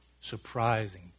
surprising